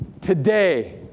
today